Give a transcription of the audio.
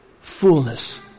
fullness